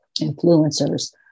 influencers